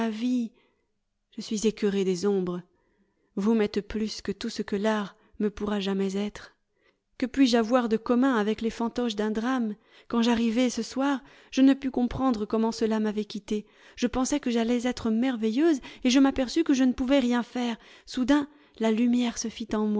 je suis écœurée des ombres vous m'êtes plus que tout ce que l'art me pourra jamais être que puis-je avoir de commun avec les fantoches d'un drame quand j'arrivai ce soir je ne pus comprendre comment cela m'avait quittée je pensais que j'allais être merveilleuse et je m'aperçus que je ne pouvais rien faire soudain la lumière se